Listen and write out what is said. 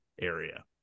area